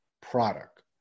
product